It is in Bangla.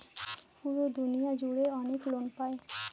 পুরো দুনিয়া জুড়ে অনেক লোক পাই